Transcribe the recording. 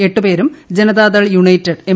എട്ടുപേരും Janata Dal United M